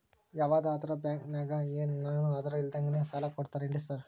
ಯಾವದರಾ ಬ್ಯಾಂಕ್ ನಾಗ ಏನು ಆಧಾರ್ ಇಲ್ದಂಗನೆ ಸಾಲ ಕೊಡ್ತಾರೆನ್ರಿ ಸಾರ್?